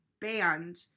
band